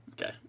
Okay